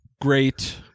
Great